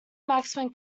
maximum